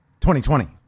2020